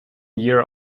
year